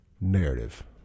narrative